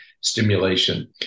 stimulation